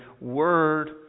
word